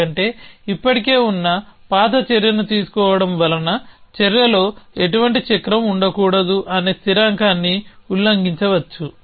ఎందుకంటే ఇప్పటికే ఉన్న పాత చర్యను తీసుకోవడం వలన చర్యలో ఎటువంటి చక్రం ఉండకూడదు అనే స్థిరాంకాన్ని ఉల్లంఘించవచ్చు